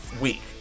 week